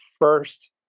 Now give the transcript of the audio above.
first